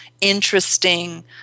interesting